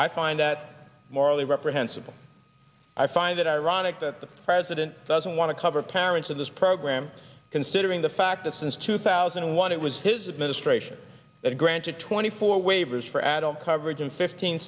i find that morally reprehensible i find it ironic that the president doesn't want to cover parents of this program considering the fact that since two thousand and one it was his administration that granted twenty four waivers for adult coverage in fifteen